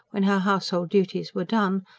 when her household duties were done,